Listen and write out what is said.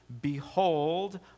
Behold